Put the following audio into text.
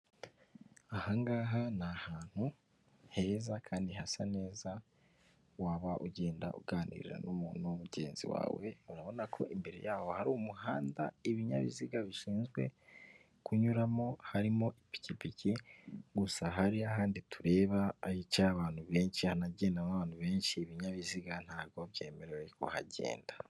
Ahangaha ni ahantu heza kandi hasa neza waba ugenda uganira n'umuntu mugenzi wawe, urabona ko imbere yaho hari umuhanda ibinyabiziga bishinzwe kunyuramo harimo ipikipiki gusa hari ahandi tureba ay'icyo abantu benshi hanagenwa abantu benshi ibinyabiziga ntabwogo byemerewe kuhagenda.